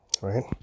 right